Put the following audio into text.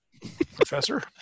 Professor